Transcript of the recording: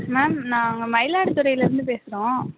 ma'am நாங்கள் மயிலாடுதுறையிலிருந்து பேசுகிறோம்